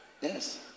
Yes